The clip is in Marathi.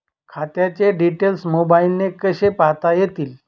खात्याचे डिटेल्स मोबाईलने कसे पाहता येतील?